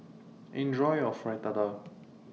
Enjoy your Fritada